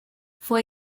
fue